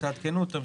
אז תעדכנו אותם.